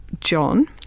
John